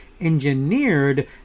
engineered